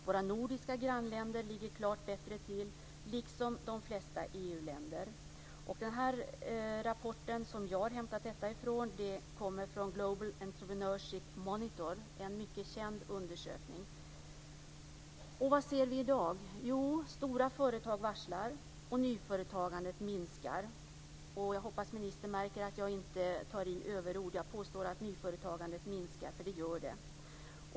Våra nordiska grannländer ligger klart bättre till liksom de flesta EU-länder. Den rapport som jag har hämtat detta från är Global Entrepreneurship Monitor, en mycket känd undersökning. Och vad ser vi i dag? Jo, stora företag varslar och nyföretagandet minskar. Jag hoppas ministern märker att jag inte tar i med överord. Jag påstår att nyföretagandet minskar, för det gör det.